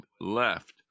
left